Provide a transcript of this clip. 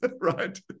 right